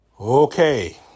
Okay